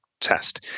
test